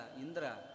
Indra